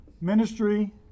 Ministry